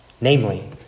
Namely